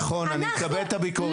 נכון, אני מקבל את הביקורת הזאת.